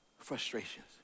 frustrations